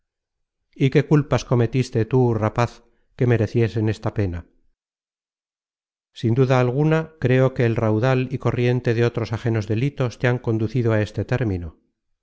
y qué culpas cometiste tú rapaz que mereciesen esta pena sin duda alguna creo que el raudal y content from google book search generated at corriente de otros ajenos delitos te han conducido á este término